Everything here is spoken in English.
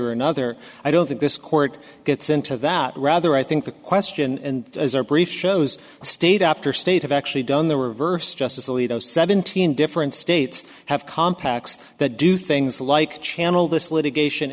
or another i don't think this court gets into that rather i think the question and as our brief shows state after state have actually done the reverse justice alito seventeen different states have compaq's that do things like channel this litigation